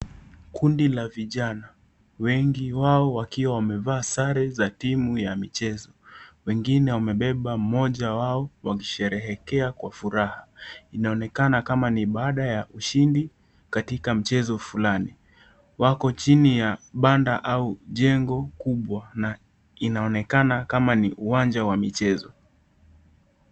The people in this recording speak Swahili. Kundi la vijana wengi wao wakiwa wamevalia sare za timu ya michezo, wengine wamebeba mmoja wao wakisherehekea kwa furaha inaonekana kama ni baada ya ushindi katika mchezo fulani, wako chini ya banda au jengo kubwa na inaonekana kama ni uwanja wa michezo.